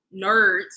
nerds